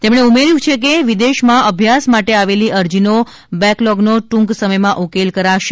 તેમણે ઉમેર્યું છે કે વિદેશમાં અભ્યાસ માટે આવેલી અરજીનો બેકલોગનો ટૂંક સમથમાં ઉકેલ કરાશે